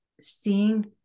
seeing